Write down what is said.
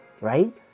right